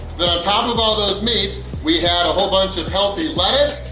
then on top of all those meats, we had a whole bunch of healthy lettuce!